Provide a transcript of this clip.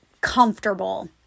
comfortable